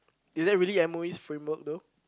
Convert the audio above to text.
is that really M _O_Es framework though